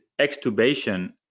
extubation